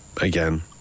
again